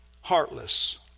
heartless